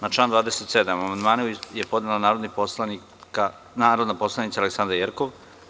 Na član 27. amandman je podnela narodni poslanik mr Aleksandra Jerkov.